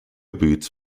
boots